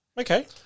okay